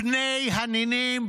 בני הנינים,